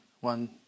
one